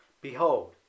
behold